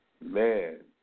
Man